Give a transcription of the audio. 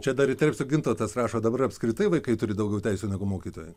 čia dar įterpsiu gintautas rašo dabar apskritai vaikai turi daugiau teisių negu mokytojai